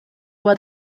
bat